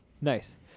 Nice